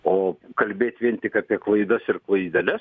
o kalbėt vien tik apie klaidas ir klaideles